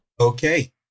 Okay